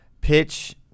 pitch